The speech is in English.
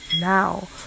now